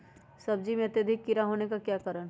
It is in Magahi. सब्जी में अत्यधिक कीड़ा होने का क्या कारण हैं?